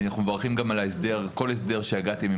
אנחנו מברכים גם על כל הסדר שהגעתם אליו